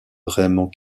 vraiment